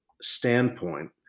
standpoint